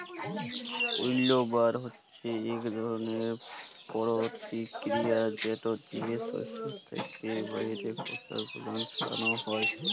উইল্লবার হছে ইক ধরলের পরতিকিরিয়া যেট দিয়ে সস্য থ্যাকে বাহিরের খসা গুলান ছাড়ালো হয়